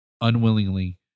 unwillingly